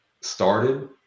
started